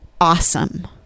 awesome